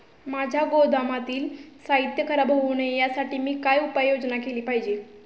माझ्या गोदामातील साहित्य खराब होऊ नये यासाठी मी काय उपाय योजना केली पाहिजे?